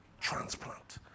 transplant